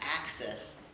access